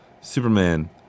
Superman